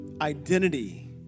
Identity